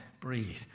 breathe